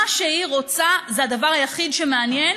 מה שהיא רוצה זה הדבר היחיד שמעניין,